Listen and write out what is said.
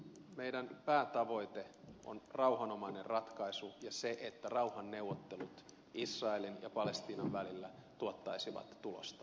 meidän päätavoitteemme on rauhanomainen ratkaisu ja se että rauhanneuvottelut israelin ja palestiinan välillä tuottaisivat tulosta